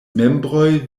membroj